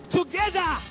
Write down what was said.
together